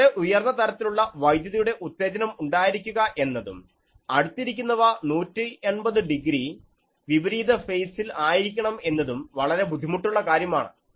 വളരെ ഉയർന്ന തരത്തിലുള്ള വൈദ്യുതിയുടെ ഉത്തേജനം ഉണ്ടായിരിക്കുക എന്നതും അടുത്തിരിക്കുന്നവ 180 ഡിഗ്രി വിപരീത ഫെയ്സിൽ ആയിരിക്കണം എന്നതും വളരെ ബുദ്ധിമുട്ടുള്ള കാര്യമാണ്